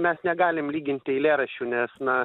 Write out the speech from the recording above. mes negalim lyginti eilėraščių nes na